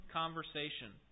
conversation